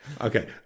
Okay